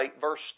verse